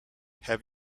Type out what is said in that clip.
have